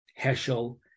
Heschel